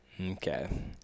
Okay